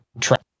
trap